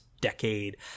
decade